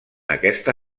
aquesta